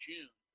June